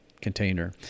container